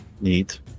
Neat